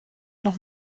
noch